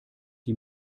die